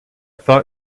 thought